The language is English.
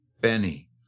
Benny